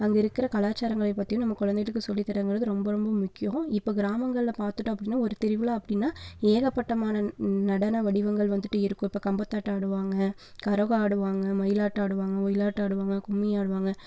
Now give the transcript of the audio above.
அங்கே இருக்கிற கலாச்சரங்களை பற்றியும் நம்ம குழந்தைகளுக்கு சொல்லி தரோங்கிறது ரொம்ப ரொம்ப முக்கியம் இப்போ கிராமங்கள்ல பார்த்துட்டோம் அப்படின்னா ஒரு திருவிழா அப்படின்னா ஏகப்பட்டமான நடன வடிவங்கள் வந்துட்டு இருக்கும் இப்போ கம்பத்தாட்டம் ஆடுவாங்கள் கரகம் ஆடுவாங்கள் மயிலாட்டம் ஆடுவாங்கள் ஒயிலாட்டம் ஆடுவாங்கள் கும்மி ஆடுவாங்கள்